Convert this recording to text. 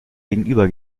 gegenüber